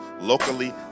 locally